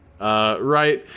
Right